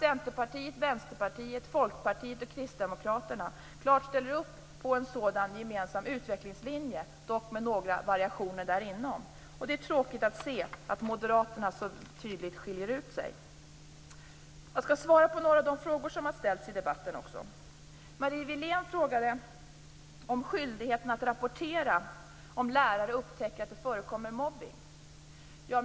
Centerpartiet, Vänsterpartiet, Folkpartiet och Kristdemokraterna ställer klart upp på en sådan gemensam utvecklingslinje, dock med några variationer inom den. Det är tråkigt att se att Moderaterna så tydligt skiljer ut sig. Jag skall svara på några av de frågor som har ställts i debatten. Marie Wilén frågade om skyldigheten för lärare att rapportera om de upptäcker att det förekommer mobbning.